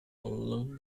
along